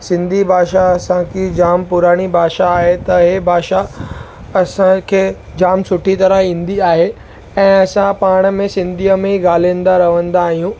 सिंधी भाषा असांजी जामु पुराणी भाषा आहे त ही भाषा असांखे जामु सुठी तरह ईंदी आहे ऐं असां पाण में सिंधीअ में ई ॻाल्हींदा रहंदा आहियूं